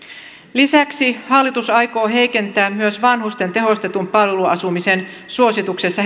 lisäksi hallitus aikoo heikentää myös vanhusten tehostetun palveluasumisen suosituksessa